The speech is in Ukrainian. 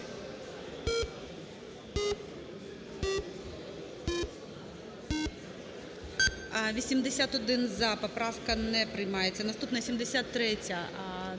За-81 Поправка не приймається. Наступна - 73-я.